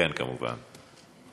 כן, כמובן.